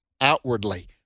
outwardly